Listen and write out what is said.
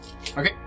Okay